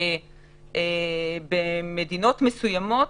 במדינות מסוימות